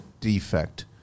defect